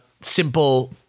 simple